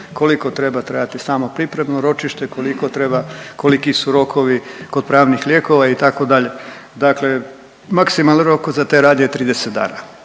koliko treba trajati samo pripremno ročište, koliko treba, koliki su rokovi kod pravnih lijekova, itd. Dakle maksimalni rok za te radnje je 30 dana